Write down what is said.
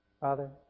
Father